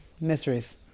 Mysteries